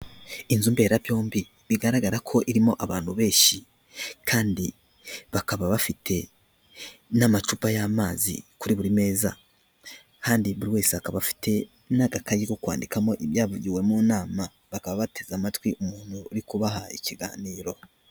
Inzu mberabyombi bigaragara ko irimo abantu benshi kandi bakaba bafite n'amacupa y'amazi kuri buri meza kandi buri wese akaba afite n'agakayi ko kwandikamo ibyavugiwe mu nama, bakaba bateze amatwi umuntu uri kubaha ikiganiro.